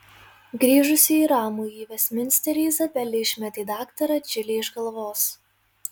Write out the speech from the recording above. grįžusi į ramųjį vestminsterį izabelė išmetė daktarą džilį iš galvos